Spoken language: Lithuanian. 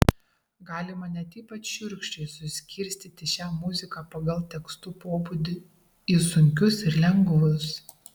galima net ypač šiurkščiai suskirstyti šią muziką pagal tekstų pobūdį į sunkius ir lengvus